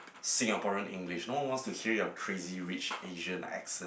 Singaporean English no one wants to hear your Crazy Rich Asian accent